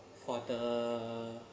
for the